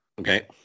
Okay